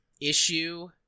issue